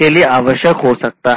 के लिए आवश्यक हो सकता है